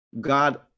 God